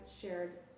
shared